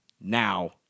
now